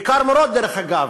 בעיקר מורות, דרך אגב,